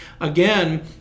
again